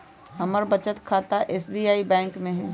हमर बचत खता एस.बी.आई बैंक में हइ